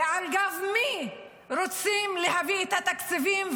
ועל גבי מי רוצים להביא את התקציבים,